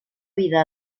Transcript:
vida